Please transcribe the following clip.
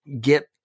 get